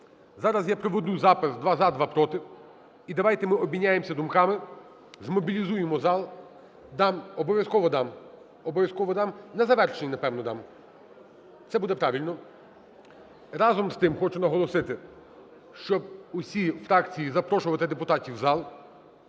Зараз я проведу запис: два – за, два – проти. І давайте ми обміняємося думками, змобілізуємо зал. Дам, обов'язково дам. Обов'язково дам. На завершення, напевно, дам, це буде правильно. Разом з тим хочу наголосити, щоб усі фракції запрошували депутатів у зал.